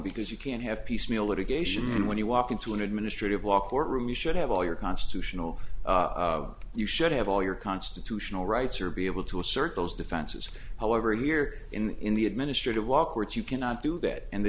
because you can't have piecemeal litigation when you walk into an administrative law court room you should have all your constitutional you should have all your constitutional rights or be able to assert those defenses however here in the administrative law courts you cannot do that and the